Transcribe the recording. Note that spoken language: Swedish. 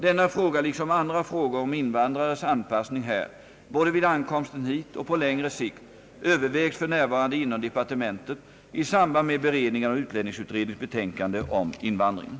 Denna fråga liksom andra frågor om invandrares anpassning här, både vid ankomsten hit och på längre sikt, övervägs för närvarande inom departementet i samband med beredningen av utlänningsutredningens betänkande om invandringen.